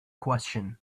question